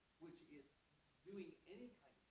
which is doing anything